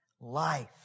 Life